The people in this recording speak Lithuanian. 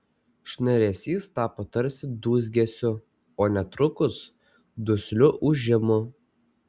šnaresys tapo tarsi dūzgesiu o netrukus dusliu ūžimu